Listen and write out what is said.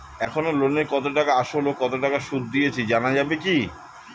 এখনো লোনের কত টাকা আসল ও কত টাকা সুদ দিয়েছি জানা যাবে কি?